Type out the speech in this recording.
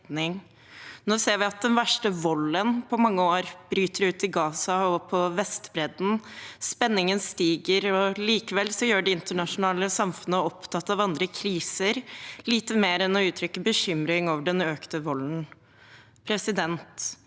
Nå ser vi at den verste volden på mange år bryter ut i Gaza og på Vestbredden. Spenningen stiger, og likevel gjør det internasjonale samfunnet – opptatt av andre kriser – lite mer enn å uttrykke bekymring over den økte volden.